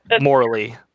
morally